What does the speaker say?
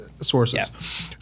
sources